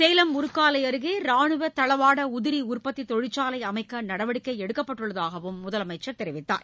சேலம் உருக்காலை அருகே ரானுவ தளவாட உதிரி உற்பத்தி தொழிற்சாலை அமைக்க நடவடிக்கை எடுக்கப்பட்டுள்ளதாக முதலமைச்சர் தெரிவித்தார்